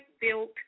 built